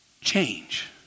change